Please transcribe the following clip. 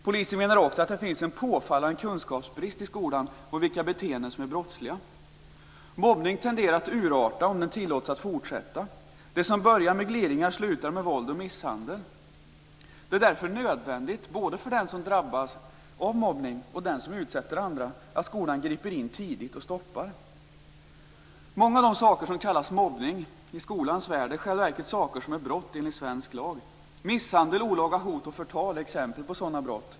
Polisen menar att det finns en påfallande kunskapsbrist i skolan om vilka beteenden som är brottsliga. Mobbning tenderar till att urarta om den tillåts fortsätta. Det som börjar med gliringar slutar med våld och misshandel. Det är därför nödvändigt för både den som drabbas av mobbning och den som utsätter andra att skolan griper in tidigt och stoppar. Många av de saker som i skolans värld kallas mobbning är i själva verket saker som är brott enligt svensk lag. Misshandel, olaga hot och förtal är exempel på sådana brott.